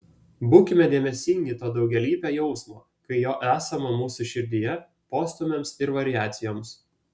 būkime dėmesingi to daugialypio jausmo kai jo esama mūsų širdyje postūmiams ir variacijoms